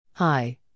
Hi